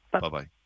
Bye-bye